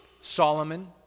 Solomon